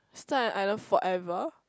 stuck on an island forever